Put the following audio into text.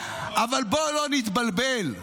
------- אבל בואו לא נתבלבל,